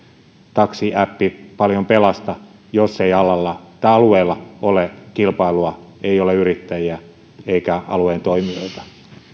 taksiäppi paljon pelasta jos ei alueella ole kilpailua ei ole yrittäjiä eikä alueen toimijoita